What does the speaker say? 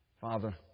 Father